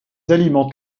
alimentent